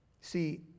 See